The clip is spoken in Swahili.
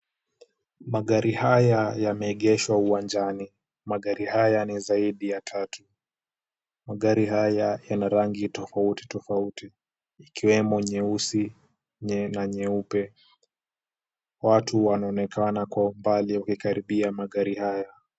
Magari haya yameegeshwa uwanjani. Magari haya ni zaidi ya tatu. Magari haya yana rangi tofauti tofauti ikiwemo nyeusi na nyeupe. Watu wanaonekana kwa umbali wakikaribia magari haya.